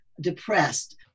depressed